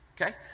Okay